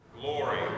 Glory